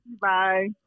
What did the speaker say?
Bye